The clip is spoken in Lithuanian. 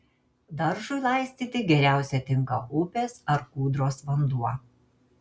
daržui laistyti geriausiai tinka upės ar kūdros vanduo